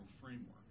framework